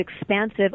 expansive